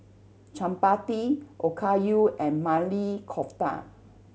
Chapati Okayu and Maili Kofta